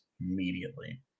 immediately